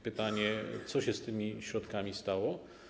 Pytanie, co się z tymi środkami stało.